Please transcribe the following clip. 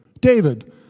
David